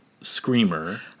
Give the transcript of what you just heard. screamer